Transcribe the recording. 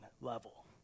level